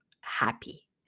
happy